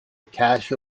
cash